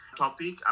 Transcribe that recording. topic